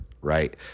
right